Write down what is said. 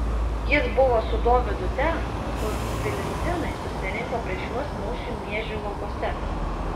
jis buvo su dovydu ten kur filistinai susirinko prieš juos mūšiui miežių laukuose